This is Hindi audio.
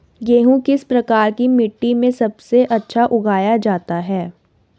गेहूँ किस प्रकार की मिट्टी में सबसे अच्छा उगाया जाता है?